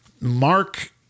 Mark